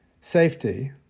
safety